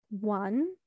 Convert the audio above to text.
one